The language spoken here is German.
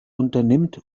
unternimmt